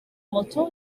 moto